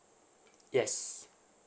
yes